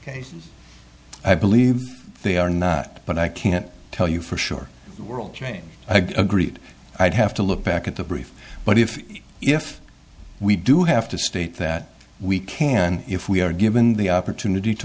all i believe they are not but i can't tell you for sure world train agreed i'd have to look back at the brief but if if we do have to state that we can if we are given the opportunity to